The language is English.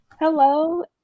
Hello